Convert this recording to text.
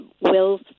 wills